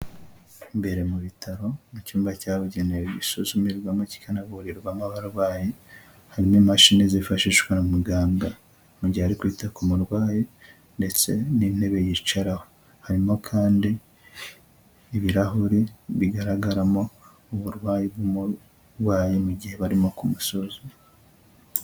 Imbere mu bitaro mu cyumba cyabugenewe gisuzumirwamo kikanavurirwamo abarwayi, harimo imashini zifashishwa na muganga mu gihe ari kwita ku murwayi ndetse n'intebe yicaraho, harimo kandi ibirahuri bigaragaramo uburwayi bw'umurwayi mu gihe barimo ku musuzuma.